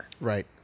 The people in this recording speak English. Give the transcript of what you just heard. Right